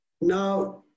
Now